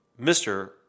Mr